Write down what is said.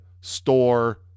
store